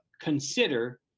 consider